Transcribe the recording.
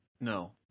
No